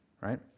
Right